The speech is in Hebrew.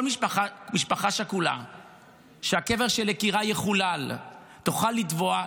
כל משפחה שכולה שהקבר של יקירה יחולל תוכל לתבוע,